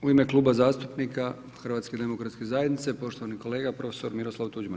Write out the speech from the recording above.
U ime Kluba zastupnika Hrvatske demokratske zajednice poštovani kolega prof. Miroslav Tuđman.